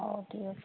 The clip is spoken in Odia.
ହଉ ଠିକ୍ ଅଛି